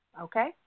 Okay